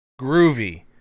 groovy